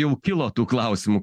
jau kilo tų klausimų